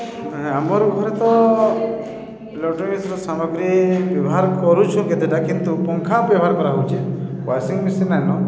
ଆମର୍ ଘରେ ତ ଇଲେକ୍ଟ୍ରୋନିକ୍ସ ସାମଗ୍ରୀ ବ୍ୟବହାର୍ କରୁଛୁ କେତେଟା କିନ୍ତୁ ପଙ୍ଖା ବ୍ୟବହାର୍ କରାହଉଚେ ୱାସିଂ ମେସିନ୍ ନାଇନ